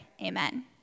Amen